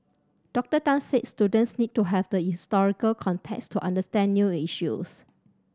Doctor Tan said students need to have the historical context to understand new issues